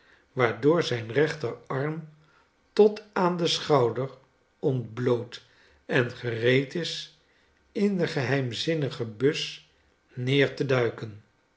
waardoor zijn rechterarm tot aan den schouder ontbloot en gereed is in de geheimzinnige bus neer te duiken